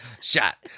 shot